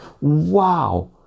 wow